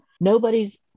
Nobody's